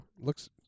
Looks